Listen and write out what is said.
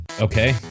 Okay